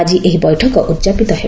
ଆଜି ଏହି ବୈଠକ ଉଦ୍ଯାପିତ ହେବ